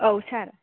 औ सार